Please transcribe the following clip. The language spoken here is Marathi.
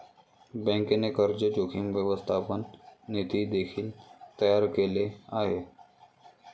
बँकेने कर्ज जोखीम व्यवस्थापन नीती देखील तयार केले आहे